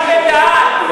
הרב בן-דהן,